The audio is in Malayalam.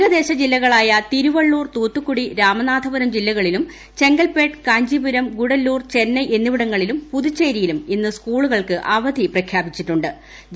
തീരദേശ ജില്ലകളായ തിരുവള്ളൂർ തൂത്തുക്കുടി രാമനാഥപൂരം ജില്ലകളിലും ചെങ്കൽപ്പേട്ട് കാഞ്ചീപുരം ഗ്രൂഡലൂർ ചെന്നൈ എന്നിവിടങ്ങളിലും പുതുച്ചേരിയിലും ഇന്ന് സ്കൂളുകൾക്ക് അവധി പ്രഖ്യാപിച്ചിട്ടു്